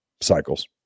cycles